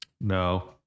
No